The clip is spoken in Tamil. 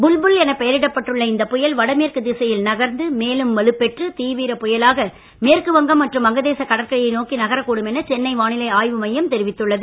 புல்புல் எனப் பெயரிடப்பட்டுள்ள இந்த புயல் வடமேற்கு திசையில் நகர்ந்து மேலும் வலுப்பெற்று தீவிரப் புயலாக மேற்குவங்கம் மற்றும் வங்கதேச கடற்கரையை நோக்கி நகரக் கூடும் என சென்னை வானிலை ஆய்வு மையம் தெரிவித்துள்ளது